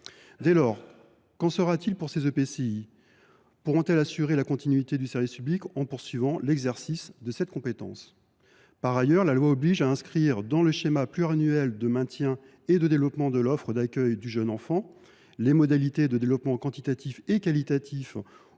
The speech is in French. Dès lors, qu’en sera t il pour ces EPCI ? Pourront ils assurer la continuité du service public en poursuivant l’exercice de cette compétence ?